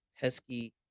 pesky